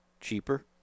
Cheaper